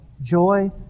joy